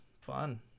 fun